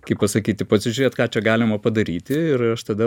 kaip pasakyti pasižiūrėt ką čia galima padaryti ir aš tada